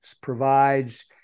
provides